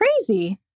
crazy